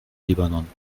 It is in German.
libanon